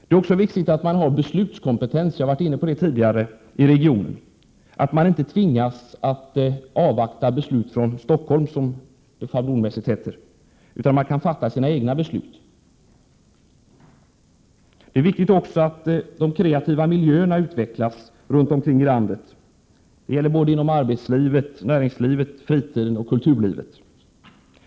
Det är också viktigt att ha beslutskompetens i regionen — jag har varit inne på detta tidigare —, att inte tvingas avvakta beslut från Stockholm, som det schablonmässigt heter, utan att kunna fatta sina egna beslut. Det är också viktigt att de kreativa miljöerna utvecklas runt omkring i landet. Detta gäller både inom arbetslivet, näringslivet, fritidssektorn och kulturlivet.